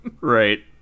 Right